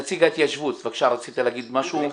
נציג החטיבה להתיישבות, בבקשה, רצית להגיד משהו?